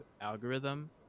algorithm